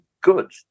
good